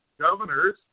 Governors